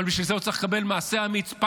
אבל בשביל זה הוא צריך לעשות מעשה אמיץ.